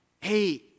Hey